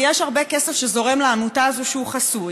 כי יש הרבה כסף שזורם לעמותה הזאת שהוא חסוי,